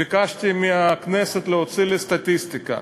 ביקשתי מהכנסת להוציא לי סטטיסטיקה,